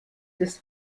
des